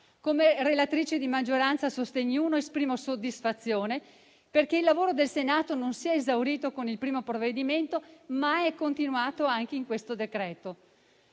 Come relatrice di maggioranza al primo decreto sostegni, esprimo soddisfazione perché il lavoro del Senato non si è esaurito con il primo provvedimento, ma è continuato anche in questo decreto-legge.